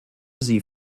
sie